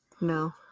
No